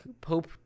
Pope